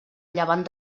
llevant